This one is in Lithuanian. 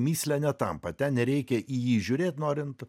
mįsle netampa ten nereikia į jį žiūrėt norint